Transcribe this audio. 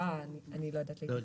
אני לא יודעת להתייחס.